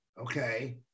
okay